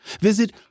visit